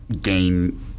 game